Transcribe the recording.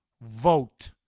vote